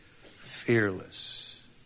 fearless